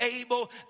able